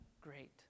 great